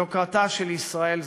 יוקרתה של ישראל זהרה.